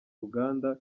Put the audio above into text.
ruganda